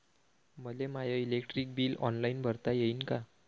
मले माय electric bill online भरता येईन का?